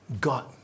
God